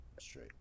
Straight